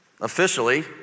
officially